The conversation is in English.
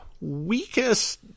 weakest